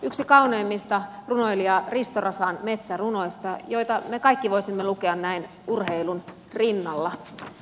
yksi kauneimmista runoilija risto rasan metsärunoista joita me kaikki voisimme lukea näin urheilun rinnalla